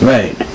Right